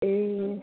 ए